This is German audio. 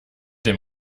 dem